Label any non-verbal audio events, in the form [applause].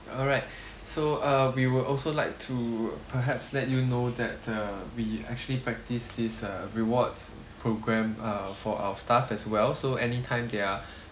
alright [breath] so uh we will also like to perhaps let you know that uh we actually practice this uh rewards program uh for our staff as well so anytime they're [breath]